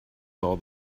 saw